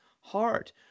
heart